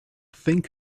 think